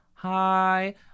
Hi